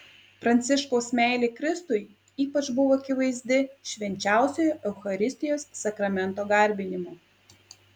pranciškaus meilė kristui ypač buvo akivaizdi švenčiausiojo eucharistijos sakramento garbinimu